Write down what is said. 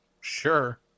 Sure